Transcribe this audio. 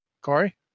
Corey